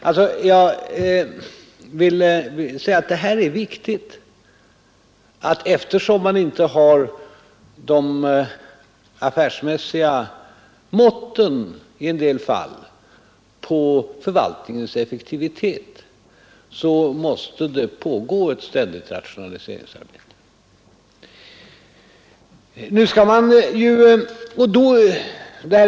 Eftersom man i en del fall inte har de affärsmässiga måtten på förvaltningens effektivitet måste det pågå ett ständigt rationaliseringsarbete.